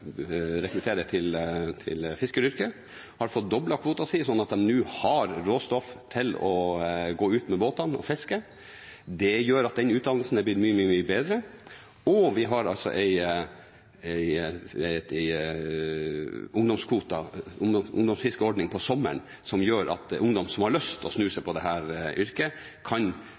rekruttere til fiskeryrket. De har fått doblet kvoten sin slik at de nå har råstoff til å gå ut med båtene og fiske. Det gjør at den utdannelsen er blitt mye bedre, og vi har en ungdomsfiskeordning om sommeren som gjør at ungdom som har lyst til å snuse på dette yrket, kan